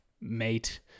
mate